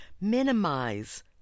minimize